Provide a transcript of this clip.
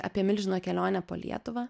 apie milžino kelionę po lietuvą